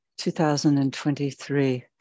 2023